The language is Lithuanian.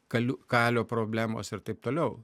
kaliu kalio problemos ir taip toliau